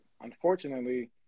unfortunately